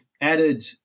added